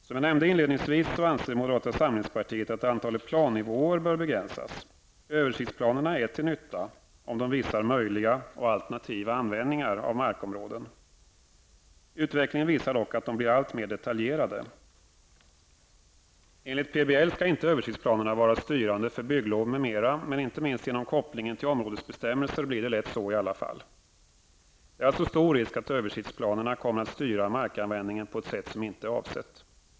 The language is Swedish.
Som jag nämnde inledningsvis anser moderata samlingspartiet att antalet plannivåer bör begränsas. Översiktsplanerna är till nytta om de visar möjliga och alternativa användningar av markområden. Utvecklingen visar dock att de blir alltmer detaljerade. Enligt PBL skall överstidsplanerna inte vara styrande för bygglov m.m., men inte minst genom kopplingen till områdesbestämmelser blir det lätt så i alla fall. Det är således stor risk att översiktsplanerna kommer att styra markanvändningen på ett sätt som inte är avsett.